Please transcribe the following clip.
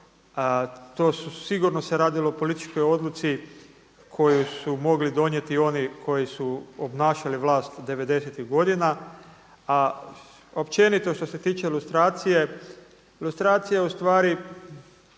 To su, sigurno se radilo o političkoj odluci koju su mogli donijeti oni koji su obnašali vlast devedesetih godina. A općenito što se tiče lustracije, lustracija u stvari